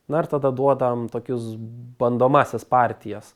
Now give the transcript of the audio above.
na ir tada duodam tokius bandomąsias partijas